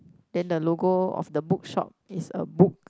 then the logo of the book shop is a book